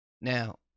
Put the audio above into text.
Now